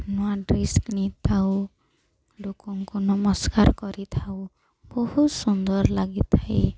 ନୂଆ ଡ୍ରେସ୍ କିଣିଥାଉ ଲୋକଙ୍କୁ ନମସ୍କାର କରିଥାଉ ବହୁତ ସୁନ୍ଦର ଲାଗିଥାଏ